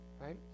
right